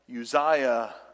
Uzziah